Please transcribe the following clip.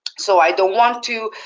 so i don't want to